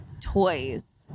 toys